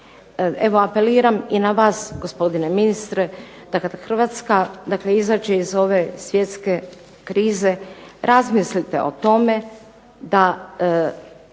Evo apeliram i na vas gospodine ministre, da kada Hrvatska izađe iz ovdje svjetske krize da razmislite o tome da